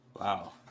wow